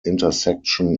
intersection